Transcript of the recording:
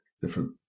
different